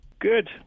Good